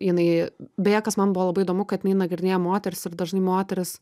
jinai beje kas man buvo labai įdomu kad jinai nagrinėja moteris ir dažnai moterys